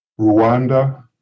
Rwanda